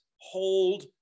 hold